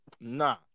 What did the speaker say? nah